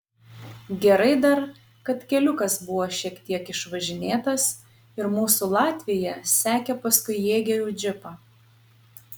gerai dar kad keliukas buvo šiek tiek išvažinėtas ir mūsų latvija sekė paskui jėgerių džipą